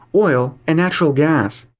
oil and natural gas.